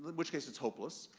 which case, it's hopeless.